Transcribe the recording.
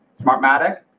Smartmatic